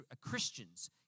Christians